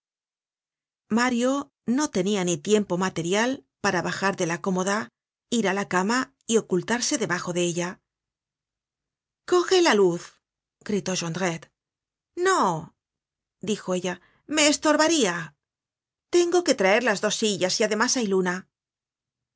mario no tenia ni tiempo material para bajar de la cómoda ir á la cama y ocultarse debajo de ella coge la luz gritó jondrette no dijo ella me estorbaria tengo que traer las dos sillas y además hay luna